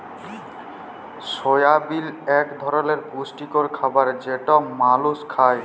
সয়াবিল এক ধরলের পুষ্টিকর খাবার যেটা মালুস খায়